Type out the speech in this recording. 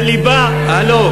כשהליבה, תסתכל ימינה שלך.